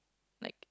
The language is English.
like